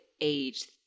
age